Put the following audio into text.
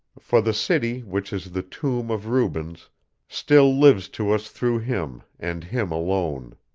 for the city which is the tomb of rubens still lives to us through him, and him alone.